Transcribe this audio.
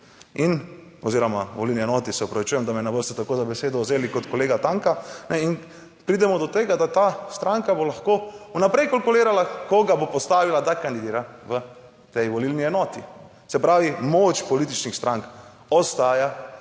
in oziroma volilni enoti, se opravičujem, da me ne boste tako za besedo vzeli kot kolega Tanka, in pridemo do tega, da ta stranka bo lahko vnaprej kalkulirala koga bo postavila, da kandidira v tej volilni enoti. Se pravi, moč političnih strank ostaja